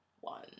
one